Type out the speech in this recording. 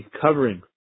covering